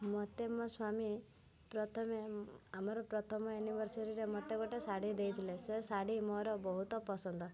ମୋତେ ମୋ ସ୍ଵାମୀ ପ୍ରଥମେ ଆମର ପ୍ରଥମ ଆନିଭରିସରିରେ ମୋତେ ଗୋଟେ ଶାଢ଼ୀ ଦେଇଥିଲେ ସେ ଶାଢ଼ୀ ମୋର ବହୁତ ପସନ୍ଦ